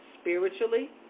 spiritually